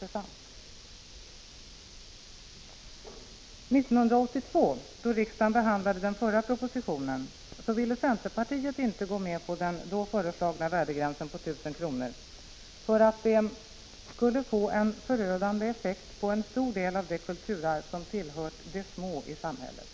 År 1982, då riksdagen behandlade den förra propositionen, ville centerpartiet inte gå med på den då föreslagna värdegränsen på 1 000 kr., då det skulle få en förödande effekt på en stor del av det kulturarv som tillhört de små i samhället.